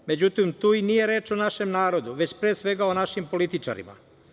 Međutim, tu i nije reč o našem narodu, već pre svega o našim političarima.